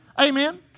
Amen